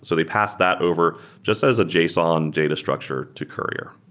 so they pass that over just as a json data structure to courier.